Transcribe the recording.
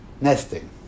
nesting